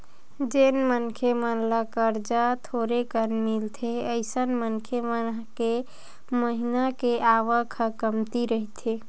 जेन मनखे मन ल करजा थोरेकन मिलथे अइसन मनखे मन के महिना के आवक ह कमती रहिथे